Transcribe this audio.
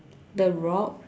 the rock